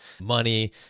money